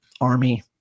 army